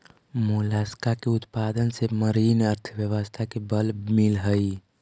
Mollusca के उत्पादन से मरीन अर्थव्यवस्था के बल मिलऽ हई